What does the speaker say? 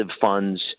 funds